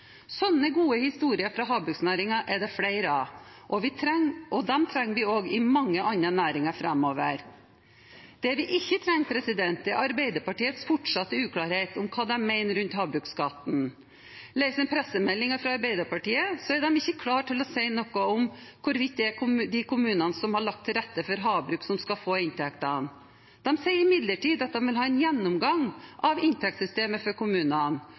gode historier fra havbruksnæringen er det flere av, og dem trenger vi også i mange andre næringer framover. Det vi ikke trenger, er Arbeiderpartiets fortsatte uklarhet om hva de mener rundt havbruksskatten. Leser en pressemeldingen fra Arbeiderpartiet, er de ikke klare til å si noe om hvorvidt det er de kommunene som har lagt til rette for havbruk, som skal få inntektene. De sier imidlertid at de vil ha en gjennomgang av inntektssystemet for kommunene